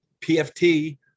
PFT